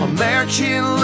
American